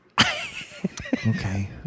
okay